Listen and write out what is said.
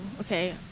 okay